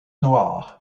noire